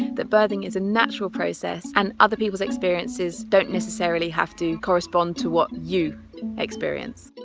that birthing is a natural process and other peoples' experiences don't necessarily have to correspond to what you experience.